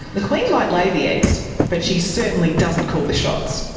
the queen might lay the eggs but she certainly doesn't call the shots.